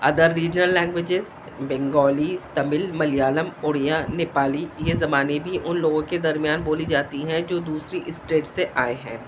other regional languages Bengali Tamil Malayalam Oriya Nepali یہ زمانے بھی ان لوگوں کے درمیان بولی جاتی ہیں جو دوسری اسٹیٹ سے آئے ہیں